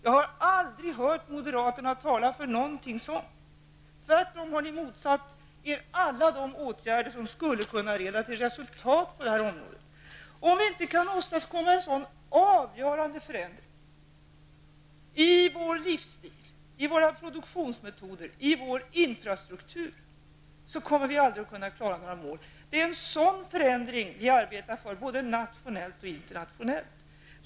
Jag har aldrig hört moderaterna tala för något sådant. Tvärtom har de motsatt sig alla åtgärder som skulle kunna leda till resultat på detta område. Om vi inte kan åstadkomma avgörande förändringar i vår livsstil, i våra produktionsmetoder och i vår infrastruktur, kommer vi aldrig att uppnå de uppsatta målen. Det är sådana förändringar som vi arbetar för både nationellt och internationellt.